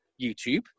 YouTube